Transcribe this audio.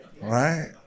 right